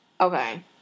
okay